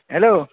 hello